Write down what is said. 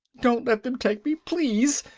don't let them take me, please!